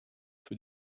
für